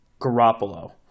Garoppolo